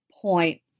point